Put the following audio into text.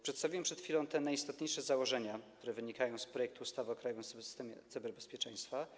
Przedstawiłem przed chwilą najistotniejsze założenia, które wynikają z projektu ustawy o krajowym systemie cyberbezpieczeństwa.